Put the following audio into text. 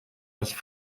nicht